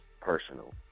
personal